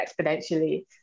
exponentially